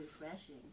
refreshing